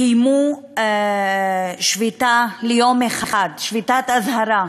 קיימו שביתה ליום אחד, שביתת אזהרה.